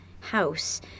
house